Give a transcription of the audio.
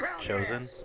chosen